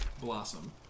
blossom